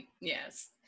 Yes